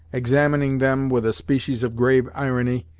examining them with a species of grave irony,